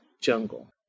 jungle